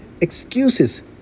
Excuses